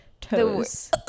toes